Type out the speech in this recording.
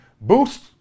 boost